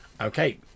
Okay